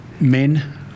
men